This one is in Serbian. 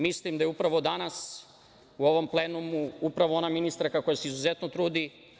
Mislim da je upravo danas u ovom plenumu upravo ona ministarka koja se izuzetno trudi.